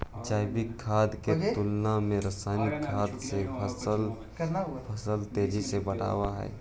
जैविक खाद के तुलना में रासायनिक खाद से फसल तेजी से बढ़ऽ हइ